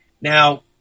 Now